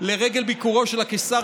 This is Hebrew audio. לרגל ביקורו של הקיסר.